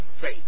faith